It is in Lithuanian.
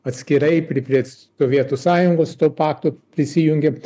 atskirai pri prie sovietų sąjungos to pakto prisijungė